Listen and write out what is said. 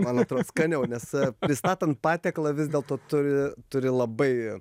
man atrod skaniau nes pristatant patiekalą vis dėlto turi turi labai